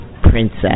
princess